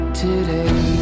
today